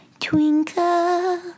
Twinkle